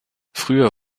früher